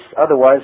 Otherwise